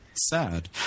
sad